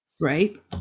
right